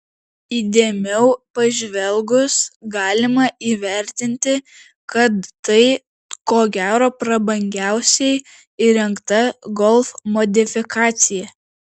įdėmiau pažvelgus galima įvertinti kad tai ko gero prabangiausiai įrengta golf modifikacija